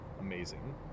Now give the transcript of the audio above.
amazing